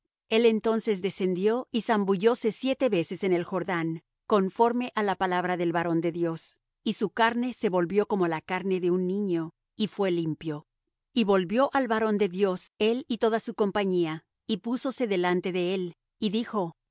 el entonces descendió y zambullóse siete veces en el jordán conforme á la palabra del varón de dios y su carne se volvió como la carne de un niño y fué limpio y volvió al varón de dios él y toda su compañía y púsose delante de él y dijo